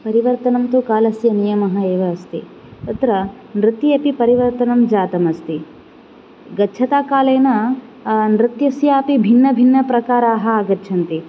परिवर्तनं तु कालस्य नियमः एव अस्ति तत्र नृत्ये अपि परिवर्तनं जातमस्ति गच्छता कालेन नृत्यस्यापि भिन्न भिन्न प्रकाराः आगच्छन्ति